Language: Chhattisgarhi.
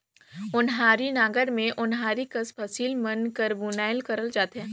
ओन्हारी नांगर मे ओन्हारी कस फसिल मन कर बुनई करल जाथे